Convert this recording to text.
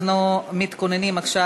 אנחנו מתכוננים עכשיו,